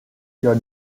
your